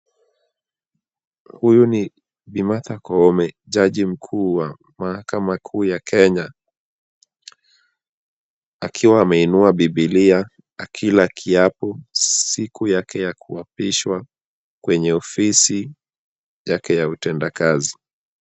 Huyu ni Bi. Martha Koome, jaji mkuu wa mahakama kuu ya Kenya, akiwa ameinua Bibilia akila kiapo, siku yake ya kuapishwa kwenye ofisi yake ya utendakazi.